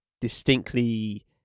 distinctly